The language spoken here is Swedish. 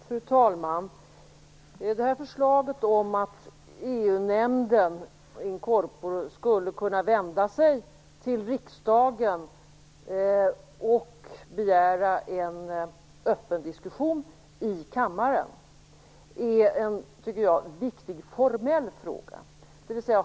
Fru talman! Förslaget om att EU-nämnden in corporo skulle kunna vända sig till riksdagen och begära en öppen diskussion i kammaren är en viktig formell fråga.